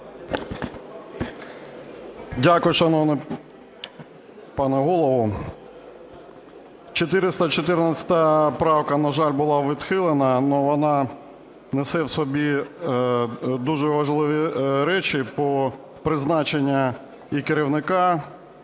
Дякую, шановний пане Голово. 414 правка, на жаль, була відхилена, але вона несе в собі дуже важливі речі по призначенню і керівника